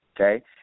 okay